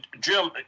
Jim